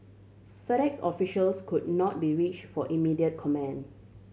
FedEx officials could not be reach for immediate comment